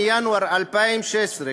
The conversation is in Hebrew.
מינואר 2016,